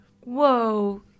Whoa